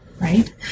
Right